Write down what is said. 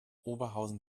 oberhausen